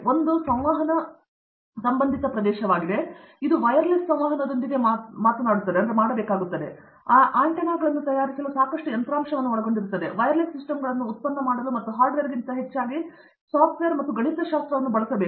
ಒಂದು ಸಂವಹನ ಸಂಬಂಧಿತ ಪ್ರದೇಶವಾಗಿದೆ ಇದು ವೈರ್ಲೆಸ್ ಸಂವಹನಗಳೊಂದಿಗೆ ಮಾಡಬೇಕಾಗುತ್ತದೆ ಅದು ಆ ಆಂಟೆನಾಗಳನ್ನು ತಯಾರಿಸಲು ಸಾಕಷ್ಟು ಯಂತ್ರಾಂಶವನ್ನು ಒಳಗೊಂಡಿರುತ್ತದೆ ವೈರ್ಲೆಸ್ ಸಿಸ್ಟಮ್ಗಳನ್ನು ಮಾಡಲು ಮತ್ತು ಹಾರ್ಡ್ವೇರ್ಗಿಂತ ಹೆಚ್ಚು ಸಾಫ್ಟ್ವೇರ್ ಮತ್ತು ಗಣಿತಶಾಸ್ತ್ರವನ್ನು ಮಾಡಬೇಕು